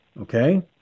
okay